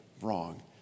wrong